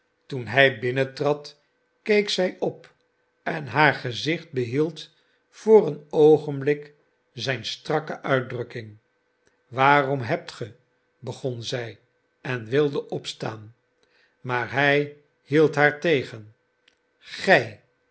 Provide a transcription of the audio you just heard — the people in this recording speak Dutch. toen hij binnentrad keek zij op en haar gezicht behield voor een oogenblik zijn strakke uitdrukking waarom hebt ge begon zij en wilde opstaan maar hij hield haar tegen gij